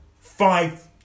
five